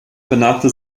benannte